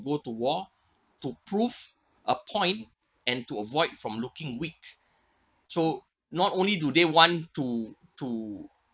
go to the war to prove a point and to avoid from looking weak so not only do they want to to